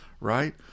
right